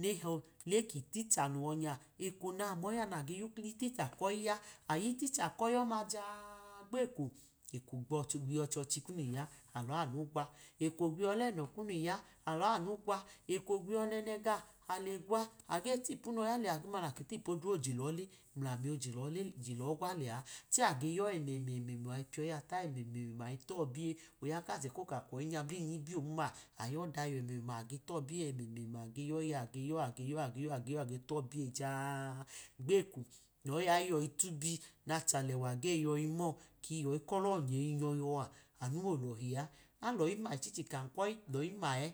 iticha no yọ nya, eko namọyi a nnge yuklọ iticha koyi a, aya iticha koyi ọma ja-a-a gbeko eko gwiye ọchichi kunu iya alanu gwa, eko gwiye ọlẹnọ kunu iya alanu gwai, eko gwinye ọnọne ga alr gwa, age tipunu oya lẹa ẹde ọgoma na tipu odre oje lọle mulamẹ ojelole jelọ gwa lẹa cẹ abe yọ ẹnẹmẹma piyoyi a ta emẹmẹma ipiyọbiye, oya kachẹ koka koyi nya blinyi ibiyo n-ma, ayoda yọ ẹmẹma age tọbiye emema, age yọyi ya age ya age yọ age yọ age tọɓiye ja-a-a gbeko nọyi ya yọyi tubinachẹ alẹwa geyọyi mọ ki kọyi kolọnyẹ yọyi nyọ a, anu wolọhia aloyi ma ichichi kum lọyi ma ẹ,